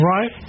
Right